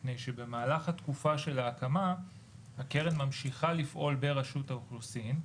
מפני שבמהלך התקופה של ההקמה הקרן ממשיכה לפעול ברשות האוכלוסין,